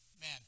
man